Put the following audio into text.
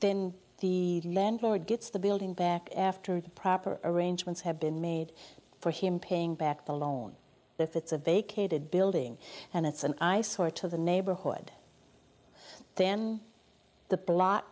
then the landlord gets the building back after the proper arrangements have been made for him paying back the loan if it's a vacated building and it's an eyesore to the neighborhood then the blo